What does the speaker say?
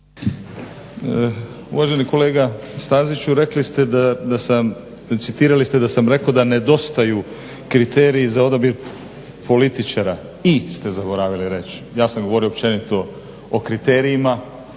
Uvaženi kolega Staziću rekli ste da sam, citirali ste da sam rekao da nedostaju kriteriji za odabir političara. I ste zaboravili reći. Ja sam govorio općenito o kriterijima